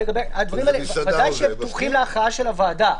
הדברים האלה ודאי שהם פתוחים להכרעה של הוועדה,